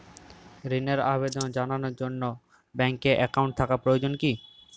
ঋণের আবেদন জানানোর জন্য ব্যাঙ্কে অ্যাকাউন্ট থাকা প্রয়োজন কী?